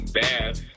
bath